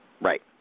Right